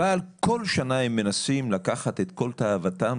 אבל כל שנה הם מנסים לקחת את כל תאוותם,